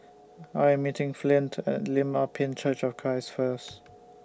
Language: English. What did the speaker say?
I Am meeting Flint At Lim Ah Pin Church of Christ First